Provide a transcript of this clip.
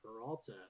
Peralta